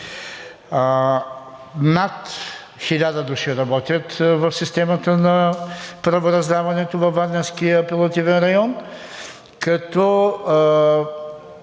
Над 1000 души работят в системата на правораздаването във Варненския апелативен район, като